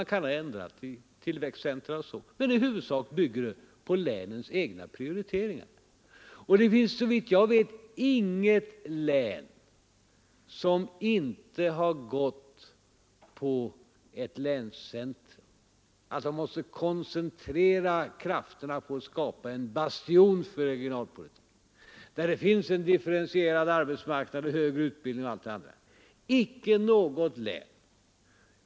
Man kan ha ändrat när det gäller tillväxtcentra, men i huvudsak bygger vårt förslag på länens egna prioriteringar. Det finns såvitt jag vet inget län som inte önskar ett länscentrum, att man skall koncentrera krafterna på att skapa en bastion för regionalpolitiken där det finns en differentierad arbetsmarknad, möjligheter till högre utbildning och annat.